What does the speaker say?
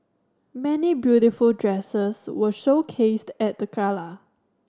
many beautiful dresses were showcased at the gala